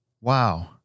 Wow